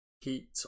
heat